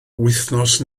wythnos